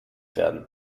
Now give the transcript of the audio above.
werden